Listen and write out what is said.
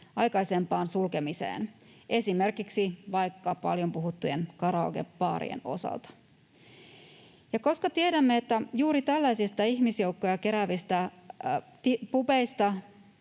aikaisempaan sulkemiseen, esimerkiksi vaikka paljon puhuttujen karaokebaarien osalta. Koska tiedämme, että juuri tällaisista ihmisjoukkoja keräävistä pubeista